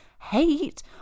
hate